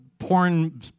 porn